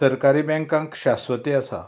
सरकारी बँकांक शास्वती आसा